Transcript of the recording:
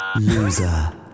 Loser